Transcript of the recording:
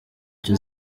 cyo